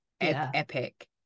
Epic